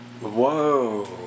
Whoa